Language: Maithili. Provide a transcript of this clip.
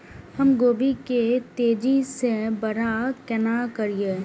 हम गोभी के तेजी से बड़ा केना करिए?